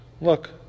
Look